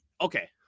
okay